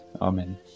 Amen